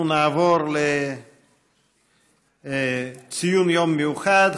אנחנו נעבור להצעות לסדר-היום בנושא: ציון יום זכויות בעלי החיים,